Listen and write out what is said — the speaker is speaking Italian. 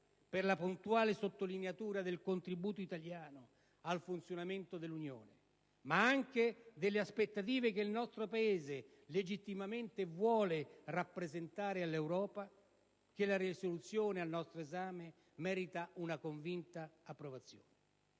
per la puntuale sottolineatura del contributo italiano al funzionamento dell'Unione, ma anche delle aspettative che il nostro Paese legittimamente vuole rappresentare all'Europa, la risoluzione al nostro esame merita una convinta approvazione.